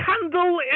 candle